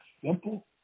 simple